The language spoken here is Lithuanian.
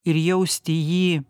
ir jausti jį